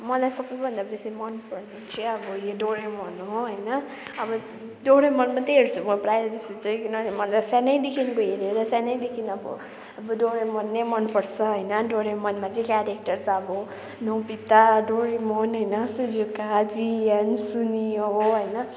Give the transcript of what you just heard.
मलाई सबैभन्दा बेसी मन पर्ने चाहिँ अब यो डोरेमोन हो होइन अब डोरेमोन मात्रै हेर्छु म प्राय जस्तो चाहिँ किनभने मलाई सानै देखिको हेरेर सानैदेखि अब अब डोरेमोन नै मन पर्छ होइन डोरेमोनमा चाहिँ क्यारेक्टर छ अब नोबिता डोरोमोन होइन सिजुका जियान सुनियो होइन